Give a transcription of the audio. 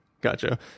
Gotcha